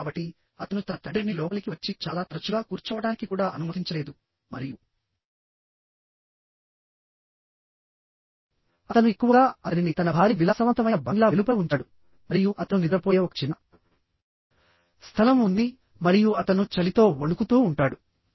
కాబట్టి అతను తన తండ్రిని లోపలికి వచ్చి చాలా తరచుగా కూర్చోవడానికి కూడా అనుమతించలేదు మరియు అతను ఎక్కువగా అతనిని తన భారీ విలాసవంతమైన బంగ్లా వెలుపల ఉంచాడు మరియు అతను నిద్రపోయే ఒక చిన్న స్థలం ఉంది మరియు అతను చలితో వణుకుతూ ఉంటాడు